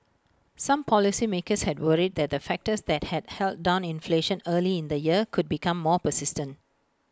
some policymakers had worried that the factors that had held down inflation early in the year could become more persistent